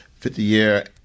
50-year